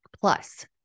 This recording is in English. plus